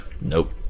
nope